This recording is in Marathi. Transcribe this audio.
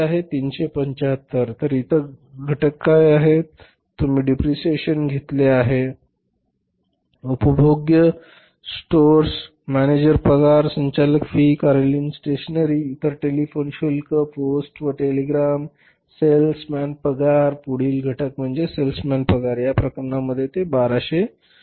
375 तर इतर घटक काय आहेत आम्ही डिप्रिसिएशन घेतले आहे उपभोग्य स्टोअर्स मॅनेजर पगार संचालक फी कार्यालयीन स्टेशनरी नंतर टेलिफोन शुल्क पोस्ट व टेलिग्राम सेल्स मॅन पगार पुढील घटक म्हणजे सेल्स मॅन पगार या प्रकरणामध्ये ते 1250 आहेत